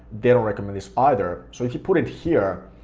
they don't recommend this either. so if you put it here,